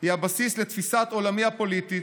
היא הבסיס לתפיסת עולמי הפוליטית,